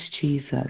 Jesus